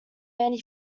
many